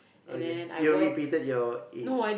okay you repeated your A's